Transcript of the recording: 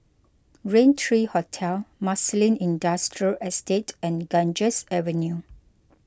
Raintree Hotel Marsiling Industrial Estate and Ganges Avenue